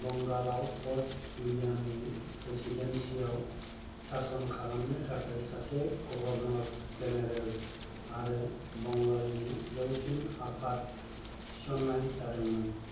बंगालाव fort विलियमनि प्रेसीडेन्सीयाव सासन खालामनो थाखाय सासे गवर्नर जेनरल आरो बंगालनि जौसिन आफाद थिसननाय जादोंमोन